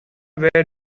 where